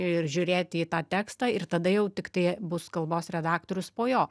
ir žiūrėti į tą tekstą ir tada jau tik tai bus kalbos redaktorius po jo